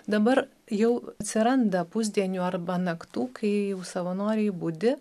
dabar jau atsiranda pusdienių arba naktų kai jau savanoriai budi